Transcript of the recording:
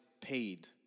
paid